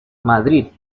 madrid